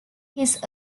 his